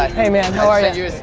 hey, man. how are you?